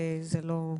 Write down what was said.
וזה לא ייכנס.